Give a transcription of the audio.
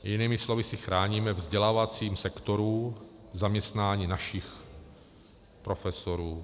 Jinými slovy si chráníme ve vzdělávacím sektoru zaměstnání našich profesorů.